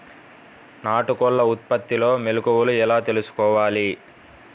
నాటుకోళ్ల ఉత్పత్తిలో మెలుకువలు ఎలా తెలుసుకోవాలి?